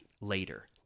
Later